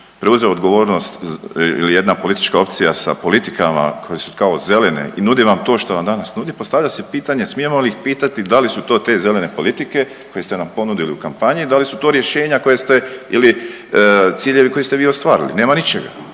preuzeo odgovornost ili jedna politička opcija sa politikama kao zelene i nudi vam to što vam danas nudi postavlja se pitanje smijemo li ih pitati da li su to te zelene politike koje ste nam ponudili u kampanji, da li su to rješenja koja ste ili ciljevi koje ste vi ostvarili. Nema ničega.